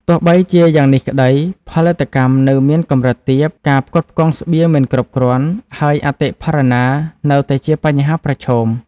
ទោះបីជាយ៉ាងនេះក្ដី ផលិតកម្មនៅមានកម្រិតទាប ការផ្គត់ផ្គង់ស្បៀងមិនគ្រប់គ្រាន់ ហើយអតិផរណានៅតែជាបញ្ហាប្រឈម ។